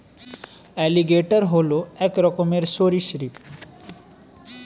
alligator হল এক রকমের সরীসৃপ